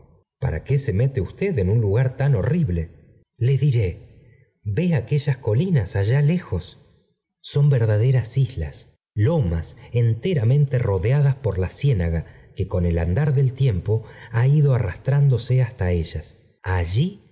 para qué se mete usted en un lugar tan horrible le diré ve aquellas colinas allá lejos son verdaderas islas lomas enteramente rodeadas tóf ja ciénaga que con el andar del tiempo ha ido anw ndose hasta ellas allí